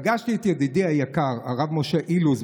פגשתי את ידידי היקר הרב משה אילוז,